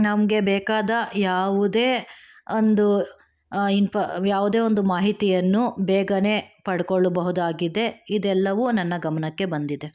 ನಮ್ಗೆ ಬೇಕಾದ ಯಾವುದೇ ಒಂದು ಇನ್ಫಾ ಯಾವುದೇ ಒಂದು ಮಾಹಿತಿಯನ್ನು ಬೇಗನೆ ಪಡ್ಕೊಳ್ಬಹುದಾಗಿದೆ ಇದೆಲ್ಲವೂ ನನ್ನ ಗಮನಕ್ಕೆ ಬಂದಿದೆ